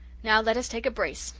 now, let us take a brace,